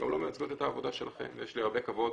הן גם לא מייצגות את העבודה שלכם ויש לי הרבה כבוד